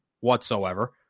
whatsoever